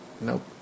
Nope